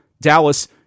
Dallas